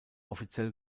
offiziell